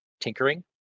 tinkering